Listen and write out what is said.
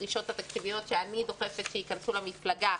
בדרישות התקציביות שאני דוחפת שייכנסו למפלגה,